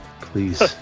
please